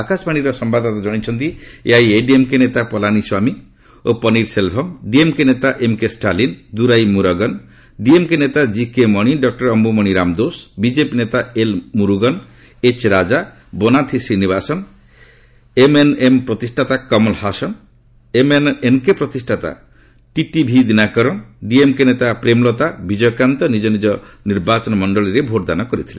ଆକାଶବାଣୀର ସମ୍ଘାଦଦାତା ଜଣାଇଛନ୍ତି ଏଆଇଏଡିଏମକେ ନେତା ପଲାନୀସ୍ୱାମୀ ଓ ପନୀର ସେଲଭମ୍ ଡିଏମକେ ନେତା ଏମକେ ଷ୍ଟାଲିନ ଦୂରାଇ ମୁରଗନ୍ ଡିଏମକେ ନେତା ଜିକେ ମଣି ଡକ୍ର ଅୟୁମଣି ରାମଦୋଷ ବିଜେପି ନେତା ଏଲମୁରୁଗନ୍ ଏଚ ରାଜା ବନାଥି ଶ୍ରୀନିବାସନ୍ ଏମଏନଏମ୍ ପ୍ରତିଷ୍ଠାତା କମଲା ହାସନ୍ ଏଏମଏନକେ ପ୍ରତିଷ୍ଠାତା ଟିଟିଭି ଦିନାକରନ ଡିଏମଡିକେ ନେତା ପ୍ରେମଲତା ବିଜୟକାନ୍ତ ନିଜ ନିଜ ନିର୍ବାଚନ ମଣ୍ଡଳୀରେ ଭୋଟଦାନ କରିଥିଲେ